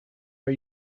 are